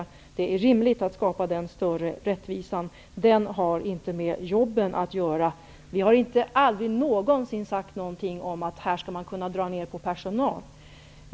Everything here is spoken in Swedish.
Det är rimligt att skapa denna större rättvisa. Den har inte med jobben att göra. Vi har aldrig någonsin sagt något om att man här skall kunna dra ner på personal.